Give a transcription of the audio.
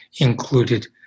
included